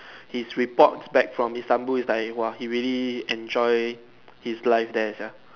his report back from Istanbul is like !wah! he really enjoy his life there sia